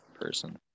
person